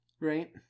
Right